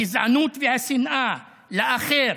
הגזענות והשנאה לאחר,